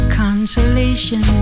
consolation